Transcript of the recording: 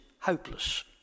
hopeless